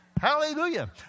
Hallelujah